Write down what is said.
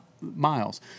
miles